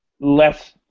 less